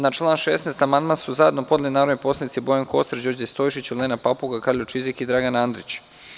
Na član 16. amandman su zajedno podneli narodni poslanici Bojan Kostreš, Đorđe Stojšić, Olena Papuga, Karolj Čizik i Dragan Andrić.